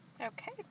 Okay